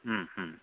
Om Om